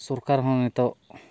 ᱥᱚᱨᱠᱟᱨ ᱦᱚᱸ ᱱᱤᱛᱳᱜ